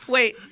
Wait